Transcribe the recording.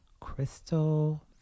Crystal